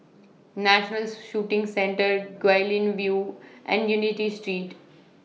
National Shooting Centre Guilin View and Unity Street